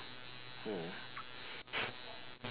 mm